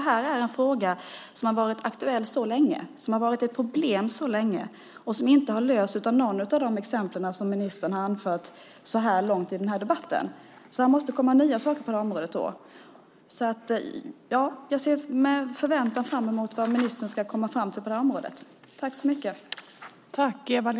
Denna fråga har varit aktuell så länge, har varit ett problem så länge. Den har inte lösts genom något av de exempel som ministern har anfört så här långt i debatten. Han måste komma med nya saker på området. Jag ser med förväntan fram emot vad ministern ska komma fram till.